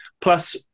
Plus